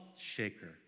shaker